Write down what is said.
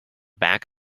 back